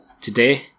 Today